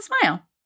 smile